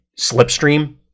Slipstream